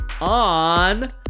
on